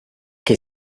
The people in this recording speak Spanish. que